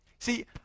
See